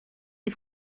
des